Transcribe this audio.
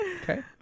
Okay